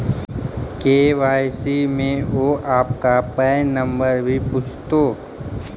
KYC में वो आपका पैन नंबर भी पूछतो